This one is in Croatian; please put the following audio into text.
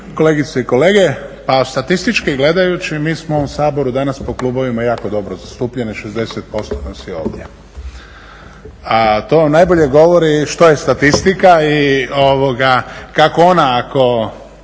kolegice i kolege. Pa statistički gledajući mi smo u ovom Saboru danas po klubovima jako dobro zastupljeni, 60% nas je ovdje, a to najbolje govori što je statistika i kako ona ako